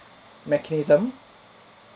mechanism